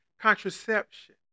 contraception